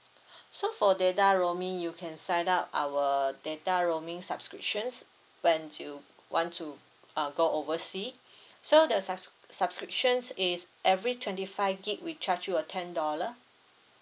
so for data roaming you can sign up our data roaming subscriptions when you want to uh go oversea so the subs~ subscriptions is every twenty five gigabyte we charge you a ten dollar